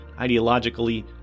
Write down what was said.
ideologically